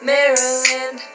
Maryland